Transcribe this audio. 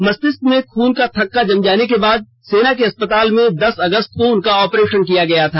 मस्तिसष्क में खून का थक्का जम जाने के बाद सेना के अस्पताल में दस अगस्त को उनका ऑपरेशन किया गया था